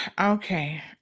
Okay